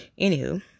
anywho